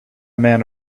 man